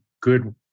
good